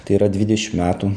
tai yra dvidešimt metų